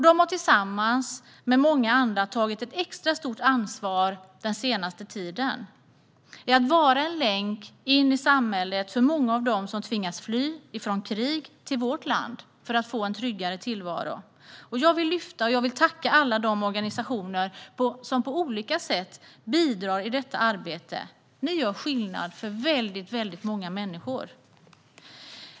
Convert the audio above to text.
De har tillsammans med många andra tagit ett extra stort ansvar den senaste tiden när det gäller att vara en länk in i samhället för många av dem som tvingats fly från krig till vårt land för att få en tryggare tillvaro. Jag vill lyfta fram och tacka alla de organisationer som på olika sätt bidrar i detta arbete. Ni gör skillnad för väldigt många människor.